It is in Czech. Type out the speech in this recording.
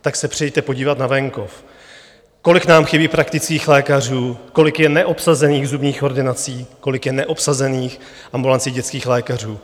Tak se přijeďte podívat na venkov, kolik nám chybí praktických lékařů, kolik je neobsazených zubních ordinací, kolik je neobsazených ambulancí dětských lékařů.